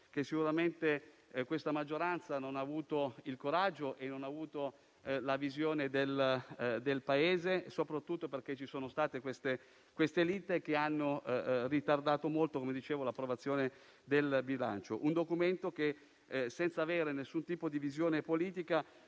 che sicuramente la maggioranza non ha avuto coraggio e non ha avuto una visione per il Paese soprattutto perché ci sono state queste liti che hanno ritardato molto l'approvazione del bilancio. Un documento che senza avere nessun tipo di visione politica